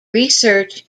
research